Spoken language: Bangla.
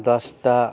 দশটা